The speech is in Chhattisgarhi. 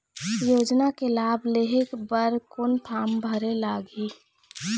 योजना के लाभ लेहे बर कोन फार्म भरे लगही?